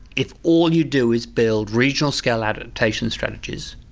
if all you do is build regional scale adaptation strategies,